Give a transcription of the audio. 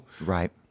right